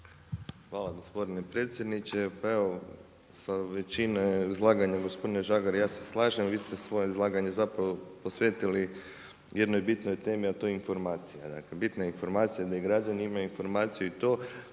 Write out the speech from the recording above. Hvala gospodine predsjedniče. Pa evo, sa većine izlaganja gospodine Žagar ja se slažem vi ste svoje izlaganje zapravo posvetili jednoj bitnoj temi a to je informacija. Bitna informacija, da i građani imaju informaciju i to,